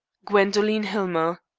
gwendoline hillmer.